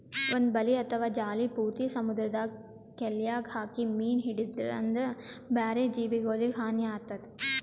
ಒಂದ್ ಬಲಿ ಅಥವಾ ಜಾಲಿ ಪೂರ್ತಿ ಸಮುದ್ರದ್ ಕೆಲ್ಯಾಗ್ ಹಾಕಿ ಮೀನ್ ಹಿಡ್ಯದ್ರಿನ್ದ ಬ್ಯಾರೆ ಜೀವಿಗೊಲಿಗ್ ಹಾನಿ ಆತದ್